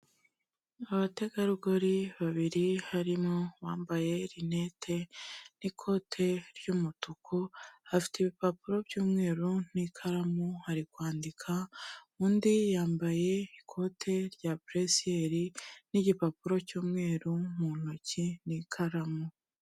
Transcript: Abategarugori babiri harimo uwambaye rinete n'ikote ry'umutuku, afite ibipapuro by'umweru n'ikaramu ari kwandika, undi yambaye ikote rya buresiyeri n'igipapuro cy'umweru mu ntoki n'ikaramu.